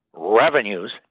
Revenues